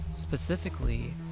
Specifically